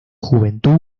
juventud